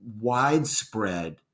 widespread